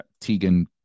tegan